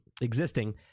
existing